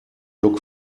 look